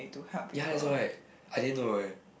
ya that's why I didn't know eh